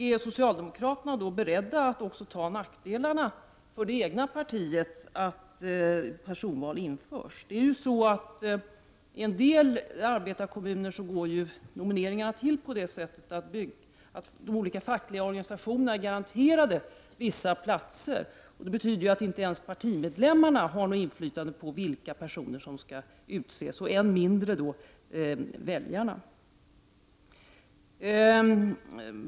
Är socialdemokraterna då beredda att också ta nackdelarna för det egna partiet av att personval införs? I en del arbetarkommuner går nomineringarna till på det sättet att de olika fackliga organisationerna är garanterade vissa platser. Det betyder att inte ens partimedlemmarna har något inflytande över vilka personer som skall utses, än mindre väljarna.